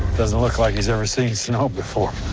doesn't look like he's ever seen snow before.